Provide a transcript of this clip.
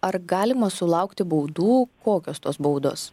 ar galima sulaukti baudų kokios tos baudos